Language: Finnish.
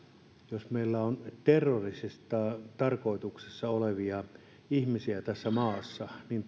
jos meillä on terroristisessa tarkoituksessa olevia ihmisiä tässä maassa niin